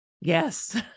Yes